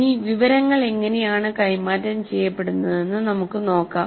ഇനി വിവരങ്ങൾ എങ്ങനെയാണ് കൈമാറ്റം ചെയ്യപ്പെടുന്നതെന്ന് നമുക്ക് നോക്കാം